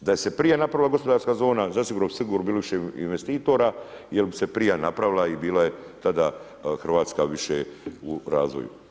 Da se je prije napravila gospodarska zona, zasigurno bi sigurno više bilo investitora jer bi se prije napravila i bila je tada Hrvatska više u razvoju.